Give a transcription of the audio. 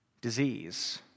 Disease